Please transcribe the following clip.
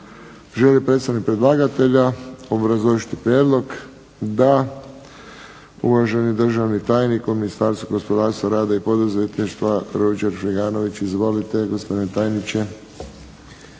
Želi li predstavnik predlagatelja obrazložiti prijedlog? Da. Uvaženi državni tajnik u Ministarstvu gospodarstva, rada i poduzetništva Ruđer Friganović. Izvolite gospodine tajniče.